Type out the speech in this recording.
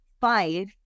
five